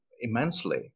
immensely